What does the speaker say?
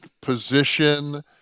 position